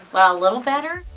well, a little better?